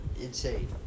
insane